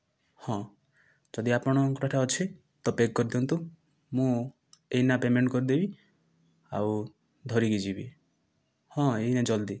ହଁ ଯଦି ଆପଣଙ୍କର ଏଇଟା ଅଛି ତ ପ୍ୟାକ୍ କରିଦିଅନ୍ତୁ ମୁଁ ଏଇନା ପେ'ମେଣ୍ଟ କରିଦେବି ଆଉ ଧରିକି ଯିବି ହଁ ଏଇନା ଜଲ୍ଦି